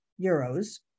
euros